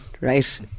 right